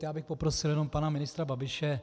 Já bych poprosil jenom pana ministra Babiše.